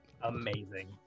Amazing